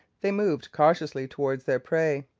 they moved cautiously towards their prey.